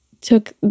took